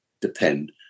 depend